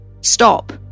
stop